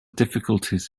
difficulties